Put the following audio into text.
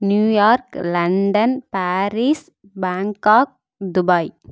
New York London Paris Bangkok Dubai